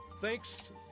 Thanks